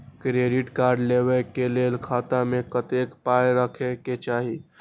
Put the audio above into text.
Credit card लेबै के लेल खाता मे कतेक पाय राखै के चाही?